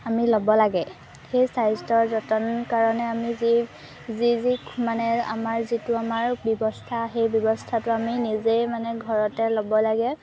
আমি ল'ব লাগে সেই স্বাস্থ্যৰ যতন কাৰণে আমি যি যি যি মানে আমাৰ যিটো আমাৰ ব্যৱস্থা সেই ব্যৱস্থাটো আমি নিজেই মানে ঘৰতে ল'ব লাগে